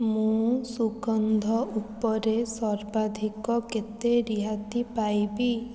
ମୁଁ ସୁଗନ୍ଧ ଉପରେ ସର୍ବାଧିକ କେତେ ରିହାତି ପାଇବି